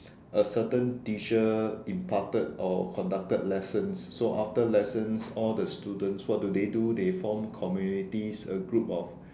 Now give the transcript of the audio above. a certain teacher imparted or conducted lessons so after lessons all the students what do they do they form communities a group of